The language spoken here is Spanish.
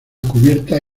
cubierta